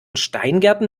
steingärten